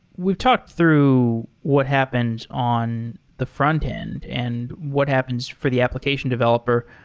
we've talked through what happens on the frontend and what happens for the application developer.